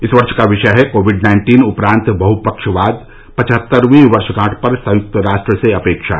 इस वर्ष का विषय है कोविड नाइन्टीन उपरांत बहुफ्कवाद पचहत्तरवीं वर्षगांठ पर संयुक्त राष्ट्र से अपेक्षा